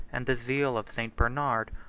and the zeal of st. bernard,